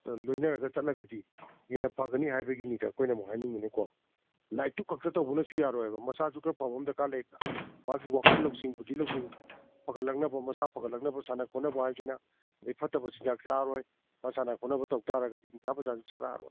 ꯑ ꯂꯣꯏꯅꯔꯒ ꯆꯠꯂꯒꯗꯤ ꯍꯦꯟꯅ ꯐꯒꯅꯤ ꯍꯥꯏꯕꯒꯤꯅꯤꯗ ꯑꯩꯈꯣꯏꯅ ꯑꯃꯨꯛ ꯍꯥꯏꯅꯤꯡꯉꯤꯅꯀꯣ ꯂꯥꯏꯔꯤꯛꯇꯨ ꯈꯛꯇ ꯇꯧꯕꯅꯁꯨ ꯌꯥꯔꯣꯏꯑꯕ ꯃꯁꯥꯁꯨ ꯈꯔ ꯐꯕ ꯑꯃ ꯗꯔꯀꯥꯔ ꯂꯩꯗꯅ ꯃꯍꯥꯛꯀꯤ ꯋꯥꯈꯜ ꯂꯧꯁꯤꯡ ꯕꯨꯗꯙꯤ ꯂꯧꯁꯤꯡ ꯐꯒꯠꯂꯛꯅꯕ ꯃꯁꯥ ꯐꯒꯠꯂꯛꯅꯕ ꯁꯥꯟꯅ ꯈꯣꯠꯅꯕ ꯍꯥꯏꯕꯁꯤꯅ ꯑꯗꯨꯗꯩ ꯐꯠꯇꯕ ꯆꯤꯟꯖꯥꯛ ꯆꯥꯔꯔꯣꯏ ꯃꯥ ꯁꯥꯟꯅ ꯈꯣꯠꯅꯕ ꯇꯧꯇꯔꯒꯗꯤ ꯅꯤꯁꯥ ꯄꯥꯁꯥꯁꯨ ꯆꯥꯔꯛꯑꯔꯣꯏ